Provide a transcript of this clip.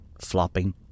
Flopping